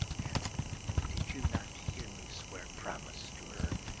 and did you not hear me swear promise to her,